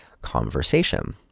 conversation